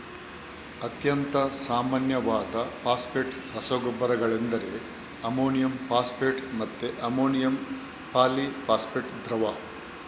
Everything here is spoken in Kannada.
ಅತ್ಯಂತ ಸಾಮಾನ್ಯವಾದ ಫಾಸ್ಫೇಟ್ ರಸಗೊಬ್ಬರಗಳೆಂದರೆ ಅಮೋನಿಯಂ ಫಾಸ್ಫೇಟ್ ಮತ್ತೆ ಅಮೋನಿಯಂ ಪಾಲಿ ಫಾಸ್ಫೇಟ್ ದ್ರವ